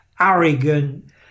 arrogant